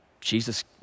Jesus